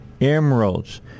emeralds